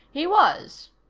he was.